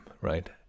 right